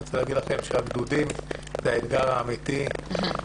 אני רוצה להגיד לכן שהגדודים זה האתגר האמיתי והחשיבות